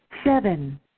Seven